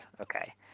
Okay